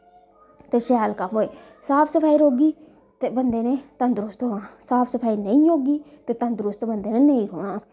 ते शैल कम्म होए साफ सफाई रौह्गी ते बंदे नै तंदरुस्त रौह्ना साफ सफाई नेईं होगी ते तंदरुस्त बंदे नै नेंई रौह्ना